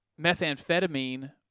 methamphetamine